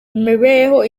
imibereho